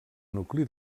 nucli